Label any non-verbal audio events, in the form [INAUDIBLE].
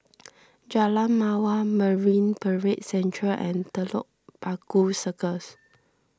[NOISE] Jalan Mawar Marine Parade Central and Telok Paku Circus